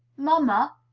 mamma,